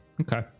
okay